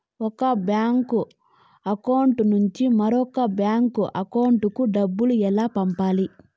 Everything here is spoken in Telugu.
ఒక బ్యాంకు అకౌంట్ నుంచి మరొక బ్యాంకు అకౌంట్ కు డబ్బు ఎలా పంపాలి